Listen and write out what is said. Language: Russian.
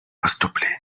поступлений